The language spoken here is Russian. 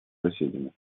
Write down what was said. соседями